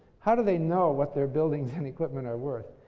how do they know what their buildings and equipment are worth?